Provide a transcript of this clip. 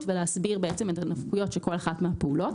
ולהסביר את המסגרות של כל אחת מהפעולות.